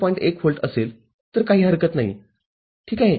१ volt असेल तर काही हरकत नाही ठीक आहे